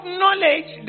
knowledge